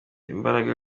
imbaraga